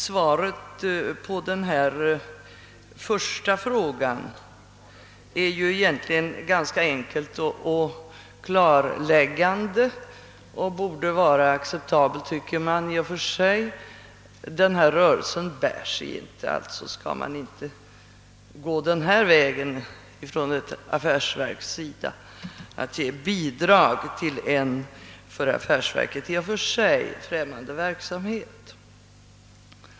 Svaret på den första frågan är egentligen ganska enkelt och klarläggande och borde i och för sig vara acceptabelt. Rörelsen bär sig inte — alltså skall ett affärsverk inte gå denna väg att ge bidrag till en för affärsverket främmande verksamhet.